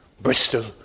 Bristol